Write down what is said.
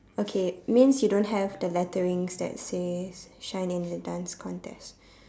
okay means you don't have the letterings that says shine in the dance contest